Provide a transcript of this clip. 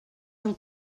del